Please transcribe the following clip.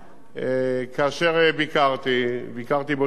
כאשר ביקרתי, ביקרתי באותו יום גם בנצרת,